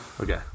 Okay